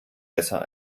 besser